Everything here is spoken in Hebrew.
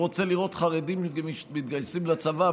הוא רוצה לראות חרדים מתגייסים לצבא?